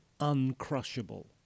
uncrushable